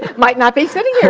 might not be sitting here